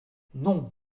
non